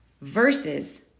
Versus